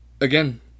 again